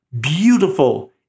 Beautiful